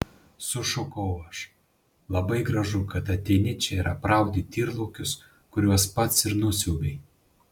sušukau aš labai gražu kad ateini čia ir apraudi tyrlaukius kuriuos pats ir nusiaubei